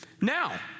Now